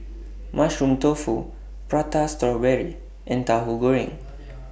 Mushroom Tofu Prata Strawberry and Tahu Goreng